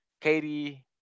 Katie